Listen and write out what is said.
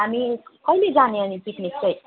हामी कहिले जाने अनि पिकनिक चाहिँ